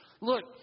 look